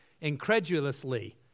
incredulously